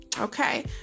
Okay